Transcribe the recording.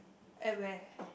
at where